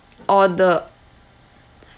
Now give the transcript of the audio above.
order